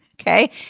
okay